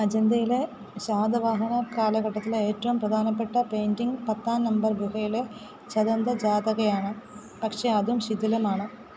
അജന്തയിലെ ശാതവാഹന കാലഘട്ടത്തിലെ ഏറ്റവും പ്രധാനപ്പെട്ട പെയിൻ്റിങ് പത്താം നമ്പര് ഗുഹയിലെ ചദന്ത ജാതകയാണ് പക്ഷെ അതും ശിഥിലമാണ്